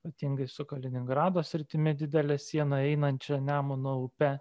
ypatingai su kaliningrado sritimi didelę sieną einančią nemuno upe